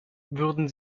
würden